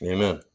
Amen